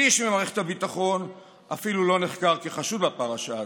איש ממערכת הביטחון אפילו לא נחקר כחשוד בפרשה הזאת,